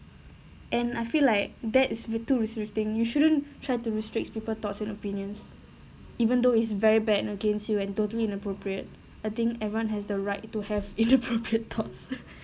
and I feel like that's very too restricting you shouldn't try to restrict people's thoughts and opinions even though it's very bad against you went totally inappropriate I think everyone has the right to have inappropriate thoughts